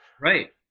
right